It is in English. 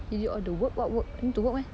he did all the work what work need to work meh